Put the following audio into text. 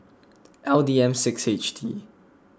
L D M six H T